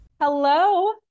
Hello